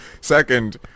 Second